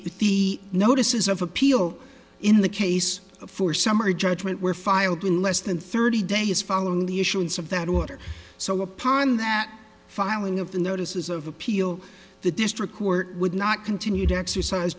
the notices of appeal in the case for summary judgment were filed in less than thirty days following the issuance of that order so upon that filing of the notice of appeal the district court would not continue to exercise